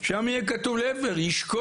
שם יהיה כתוב ישקול.